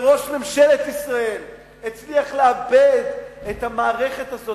שראש ממשלת ישראל הצליח לאבד את המערכת הזאת